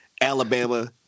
Alabama